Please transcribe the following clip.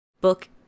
Book